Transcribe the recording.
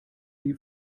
die